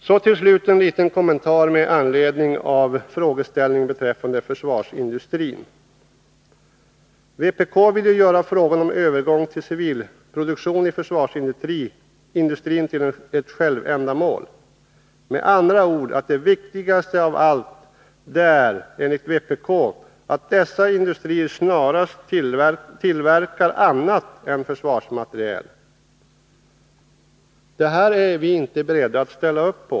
Så till slut en liten kommentar beträffande frågan om försvarsindustrin. Vpk vill ju göra frågan om övergång till civil produktion i försvarsindustrin till ett självändamål. Med andra ord är det viktigaste av allt, enligt vpk, att dessa industrier snarast tillverkar annat än försvarsmateriel. Det är vi inte beredda att ställa upp på.